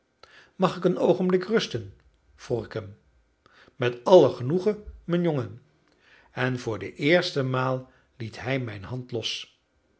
mag ik een oogenblik rusten vroeg ik hem met alle genoegen mijn jongen en voor de eerste maal liet hij mijn hand los